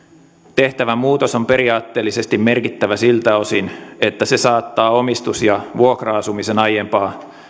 tehtävä muutos on periaatteellisesti merkittävä siltä osin että se saattaa omistus ja vuokra asumisen aiempaa